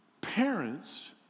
parents